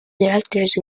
directors